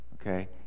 Okay